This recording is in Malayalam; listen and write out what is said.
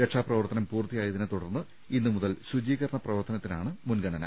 രക്ഷാ പ്രവർത്തനം പൂർത്തിയാ യതിനെത്തുടർന്ന് ഇന്ന് മുതൽ ശുചീകരണംപ്രവർത്തന ത്തിനാണ് മുൻഗണന